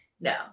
No